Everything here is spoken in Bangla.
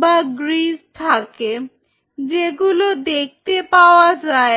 বা গ্রিজ্ থাকে যেগুলো দেখতে পাওয়া যায় না